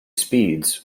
speeds